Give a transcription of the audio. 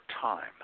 time